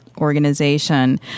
organization